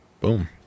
Boom